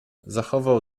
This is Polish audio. zachował